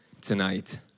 tonight